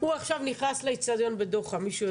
הוא עכשיו נכנס לאצטדיון בדוחא, מישהו יודע?